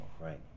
Right